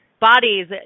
bodies